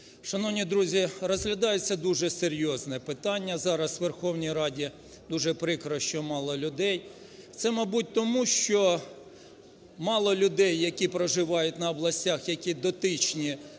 Шановні друзі, розглядається дуже серйозне питання зараз у Верховній Раді, дуже прикро, що мало людей. Це мабуть тому, що мало людей, які проживають на областях, які дотичні